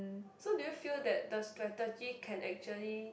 so do you feel that the strategy can actually